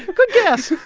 good guess,